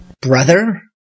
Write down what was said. Brother